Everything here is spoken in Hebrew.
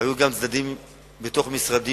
היו גם צדדים בתוך משרדי,